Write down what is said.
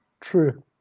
True